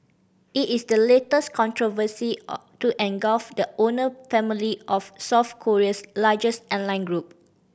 it is the latest controversy to engulf the owner family of South Korea's largest airline group